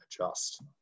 adjust